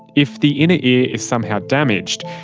if the inner ear is somehow damaged,